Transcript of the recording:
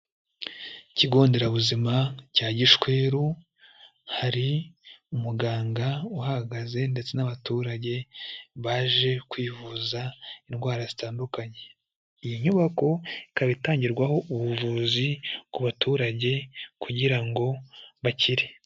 Ikigo nderabuzima cya Gishweru, hari umuganga uhahagaze ndetse n'abaturage baje kwivuza indwara zitandukanye. Iyi nyubako ikaba itangirwaho ubuvuzi ku baturage kugira ngo bakire.